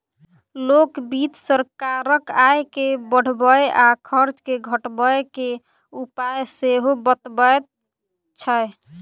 लोक वित्त सरकारक आय के बढ़बय आ खर्च के घटबय के उपाय सेहो बतबैत छै